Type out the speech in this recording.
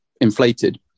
inflated